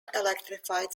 electrified